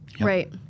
Right